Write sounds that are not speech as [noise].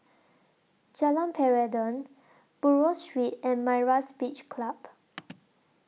Jalan Peradun Buroh Street and Myra's Beach Club [noise]